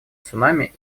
цунами